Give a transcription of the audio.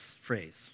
phrase